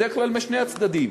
בדרך כלל משני הצדדים,